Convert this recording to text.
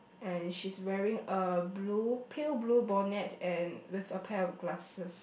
and she's wearing a blue pale blue bonnet and with a pair of glasses